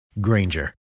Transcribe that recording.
Granger